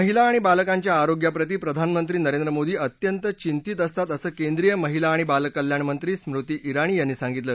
महिला आणि बालकांच्या आरोग्याप्रति प्रधानमंत्री नरेंद्र मोदी अत्यंत यिंतीत असतात असं केंद्रीय महिला आणि बालकल्याण मंत्री स्मृती इराणी यांनी सांगितलं